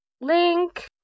link